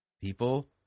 People